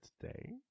today